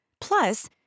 Plus